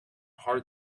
hard